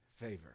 favor